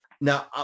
Now